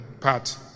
Pat